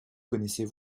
connaissez